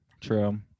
True